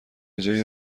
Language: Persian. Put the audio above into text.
جای